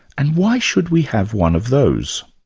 and why should we have one of those?